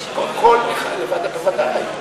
בוודאי.